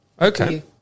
Okay